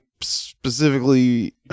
specifically